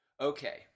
Okay